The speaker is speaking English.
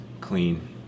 clean